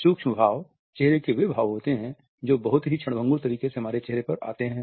सूक्ष्म भाव चेहरे के वे भाव होते हैं जो बहुत ही क्षणभंगुर तरीके से हमारे चेहरे पर आते हैं